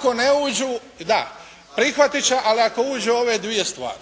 se ne čuje./… Da. Prihvatit će ali ako uđu ove dvije stvari